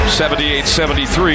78-73